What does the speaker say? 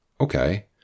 okay